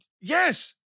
Yes